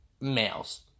males